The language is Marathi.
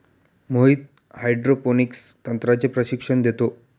मोहित हायड्रोपोनिक्स तंत्राचे प्रशिक्षण देतो